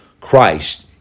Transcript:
Christ